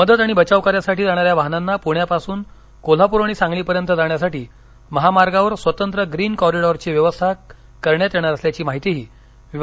मदत आणि बचाव कार्यासाठी जाणाऱ्या वाहनांना प्ण्यापासून कोल्हापूर आणि सांगलीपर्यंत जाण्यासाठी महामार्गावर स्वतंत्र ग्रीन कॉरिडॉरची व्यवस्था करण्यात येणार असल्याची माहितीही डॉ